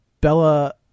Bella